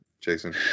Jason